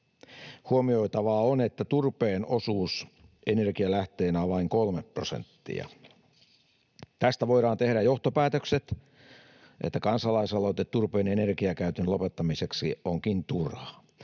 Huomioitavaa on, että turpeen osuus energialähteenä on vain 3 prosenttia. Tästä voidaan tehdä johtopäätökset, että kansalaisaloite turpeen energiakäytön lopettamiseksi onkin turha.